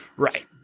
Right